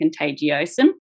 contagiosum